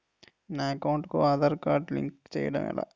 నా అకౌంట్ కు Aadhaar card link చేయడం ఎలా?